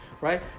right